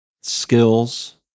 skills